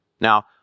Now